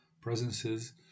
presences